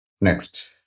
Next